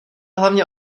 hlavně